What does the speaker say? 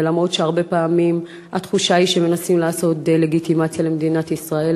ולמרות שהרבה פעמים התחושה היא שמנסים לעשות דה-לגיטימציה למדינת ישראל,